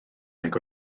nag